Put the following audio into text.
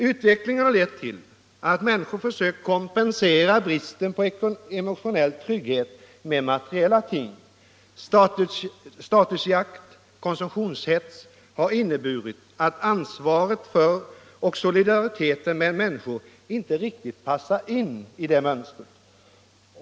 Utvecklingen har lett till att människor har sökt kompensera bristen på emotionell trygghet med materiella ting. Statusjakt och konsumtionshets har inneburit att ansvaret för och solidariteten med människor inte riktigt passar in i mönstret.